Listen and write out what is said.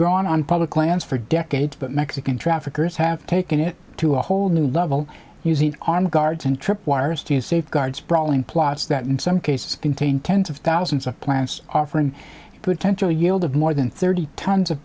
grown on public lands for decades but mexican traffickers have taken it to a whole new level using armed guards and trip wires to safeguard sprawling plots that in some cases contain tens of thousands of plants offering potential yield of more than thirty tons of